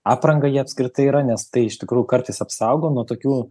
apranga jie apskritai yra nes tai iš tikrųjų kartais apsaugo nuo tokių